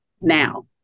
now